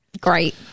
great